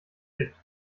konflikt